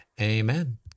Amen